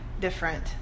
different